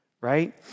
right